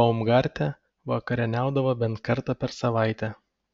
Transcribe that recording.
baumgarte vakarieniaudavo bent kartą per savaitę